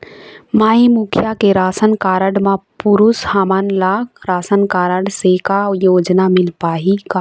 माई मुखिया के ration card म पुरुष हमन ला रासनकारड से का योजना मिल पाही का?